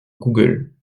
google